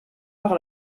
par